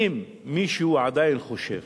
אם מישהו עדיין חושב